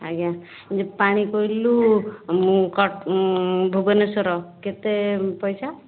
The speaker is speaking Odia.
ଆଜ୍ଞା ଯେ ପାଣିକୋଇଲିରୁ ଭୁବନେଶ୍ଵର କେତେ ପଇସା